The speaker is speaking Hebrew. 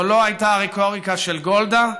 זו לא הייתה הרטוריקה של גולדה,